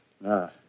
No